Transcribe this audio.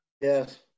yes